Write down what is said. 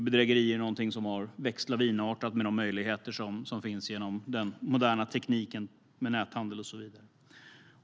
Bedrägerier är någonting som har växt lavinartat med de möjligheter som finns genom den moderna tekniken med näthandel och så vidare.